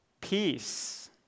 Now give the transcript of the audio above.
peace